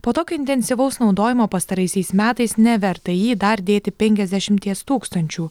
po tokio intensyvaus naudojimo pastaraisiais metais neverta į jį dar dėti penkiasdešimties tūkstančių